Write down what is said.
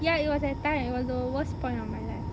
ya it was that time it was the worst point of my life